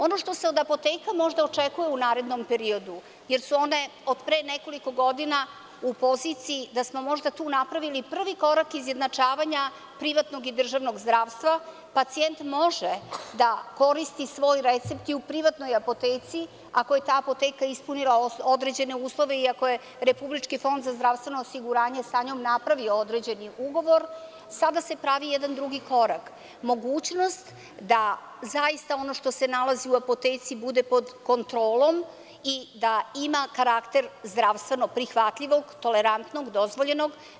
Ono što se od apoteka možda očekuje u narednom periodu, jer su one od pre nekoliko godina u poziciji da smo možda tu napravili prvi korak izjednačavanja privatnog i državnog zdravstva, pacijent može da koristi svoj recept i u privatnoj apoteci ako je ta apoteka ispunila određene uslove i ako je Republički fond za zdravstveno osiguranje sa njom napravio određeni ugovor, sada se pravi jedan drugi korak, mogućnost da zaista ono što se nalazi u apoteci bude pod kontrolom i da ima karakter zdravstveno prihvatljivog, tolerantnog, dozvoljenog.